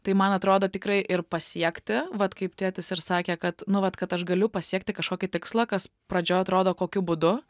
tai man atrodo tikrai ir pasiekti vat kaip tėtis ir sakė kad nu vat kad aš galiu pasiekti kažkokį tikslą kas pradžioj atrodo kokiu būdu